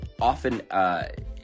often